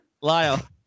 Lyle